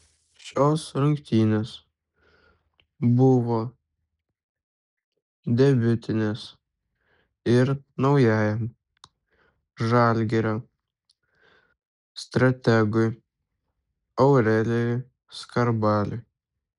šios rungtynės buvo debiutinės ir naujajam žalgirio strategui aurelijui skarbaliui